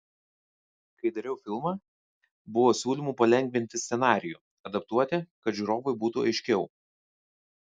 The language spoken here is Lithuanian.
kai dariau filmą buvo siūlymų palengvinti scenarijų adaptuoti kad žiūrovui būtų aiškiau